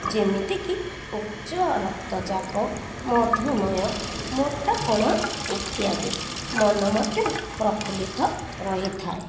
ଯେମିତିକି ଉଚ୍ଚ ରକ୍ତଚାପ ମଧୁମେହ ମୋଟାପଣ ଇତ୍ୟାଦି ମନ ମଧ୍ୟ ପ୍ରଫୁଲ୍ଲିତ ରହିଥାଏ